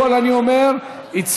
לפרוטוקול אני אומר: חברת הכנסת יפעת שאשא